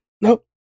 nope